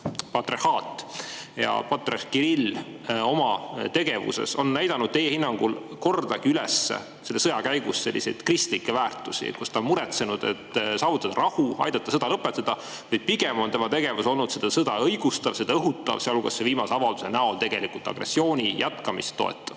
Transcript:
patriarhaat ja patriarh Kirill oma tegevuses on näidanud teie hinnangul kordagi selle sõja käigus üles kristlikke väärtusi, on ta muretsenud, et saavutada rahu, aidata sõda lõpetada, või pigem on tema tegevus olnud seda sõda õigustav, seda õhutav, sealhulgas viimase avalduse näol tegelikult agressiooni jätkamist toetav?